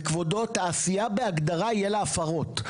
וכבודו תעשייה בהגדרה יהיה לה הפרות,